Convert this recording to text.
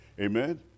Amen